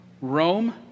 Rome